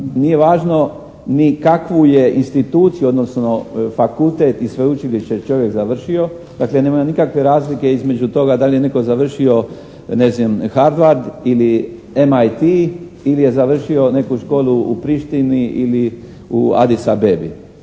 nije važno ni kakvu je instituciju odnosno fakultet i sveučilište čovjek završio. Dakle, nema nikakve razlike između toga da li je netko završio Harvard ili MIT ili je završio neku školu u Prištini ili u Adis Abebi.